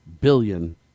billion